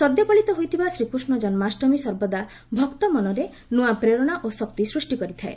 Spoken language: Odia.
ସଦ୍ୟ ପାଳିତ ହୋଇଥିବା ଶ୍ରୀକୃଷ୍ଣ ଜନ୍କାଷ୍ଟମୀ ସର୍ବଦା ଭକ୍ତ ମନରେ ନୂଆ ପ୍ରେରଣା ଓ ଶକ୍ତି ସୃଷ୍ଟି କରିଥାଏ